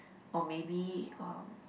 or maybe or